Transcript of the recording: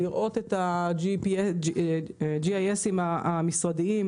לראות את ה-GIS המשרדי.